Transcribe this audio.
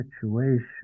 situation